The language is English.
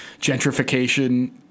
gentrification